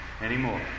anymore